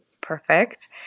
perfect